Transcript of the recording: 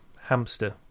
hamster